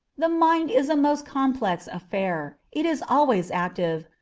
the mind is a most complex affair, it is always active,